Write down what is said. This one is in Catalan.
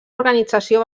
organització